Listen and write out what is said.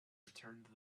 returned